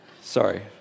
sorry